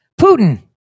Putin